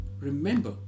Remember